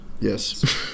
Yes